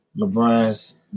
LeBron's